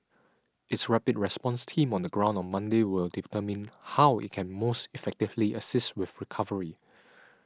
its rapid response team on the ground on Monday will determine how it can most effectively assist with recovery